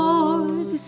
Lord